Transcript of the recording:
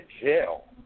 jail